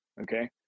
okay